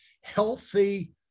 healthy